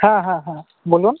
হ্যাঁ হ্যাঁ হ্যাঁ বলুন